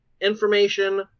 information